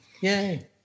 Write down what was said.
Yay